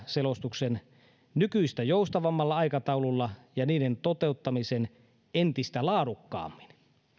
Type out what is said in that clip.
selostuksen nykyistä joustavammalla aikataululla ja niiden toteuttamisen entistä laadukkaammin